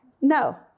No